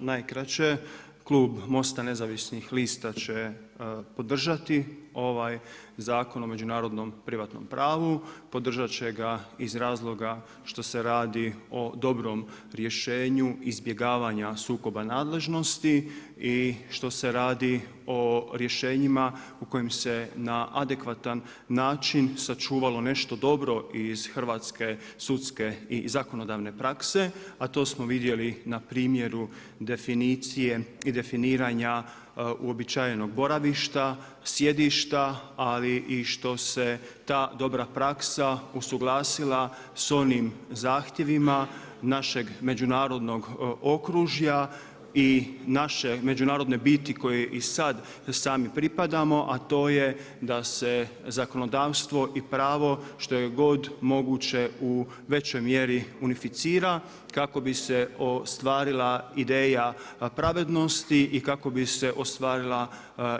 Najkraće, Klub Mosta nezavisnih lista će podržati ovaj Zakona o međunarodnom privatnom pravu, podržat će ga iz razloga što se radi o dobrom rješenju izbjegavanja sukoba nadležnosti i što se radi o rješenjima o kojim se na adekvatan način sačuvalo nešto dobro iz hrvatske sudske i zakonodavne prakse, a to smo vidjeli na primjeru definicije i definiranja uobičajenog boravišta, sjedišta, ali i što se ta dobra praksa usuglasila s onim zahtjevima našeg međunarodnog okružja i naše međunarodne biti koje i sad i sami pripadamo, a to je da se zakonodavstvo i pravo, što je god moguće u većoj mjeri unificira kako bi se ostvarila ideja pravednosti i kako bi se ostvarila